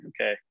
okay